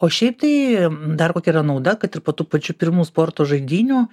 o šiaip tai dar kokia yra nauda kad ir po tų pačių pirmų sporto žaidynių